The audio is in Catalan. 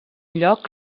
lloc